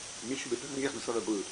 נניח משרד הבריאות,